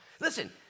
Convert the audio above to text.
Listen